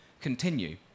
continue